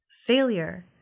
failure